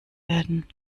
werden